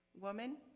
Woman